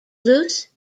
loose